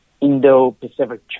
Indo-Pacific